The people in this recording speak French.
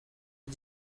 est